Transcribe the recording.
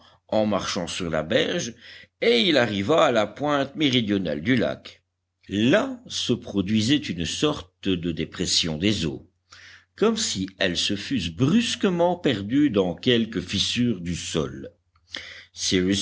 en marchant sur la berge et il arriva à la pointe méridionale du lac là se produisait une sorte de dépression des eaux comme si elles se fussent brusquement perdues dans quelque fissure du sol